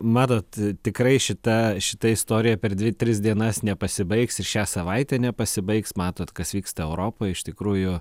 matot tikrai šita šita istorija per dvi tris dienas nepasibaigs ir šią savaitę nepasibaigs matot kas vyksta europoj iš tikrųjų